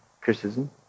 criticism